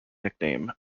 nickname